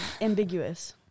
ambiguous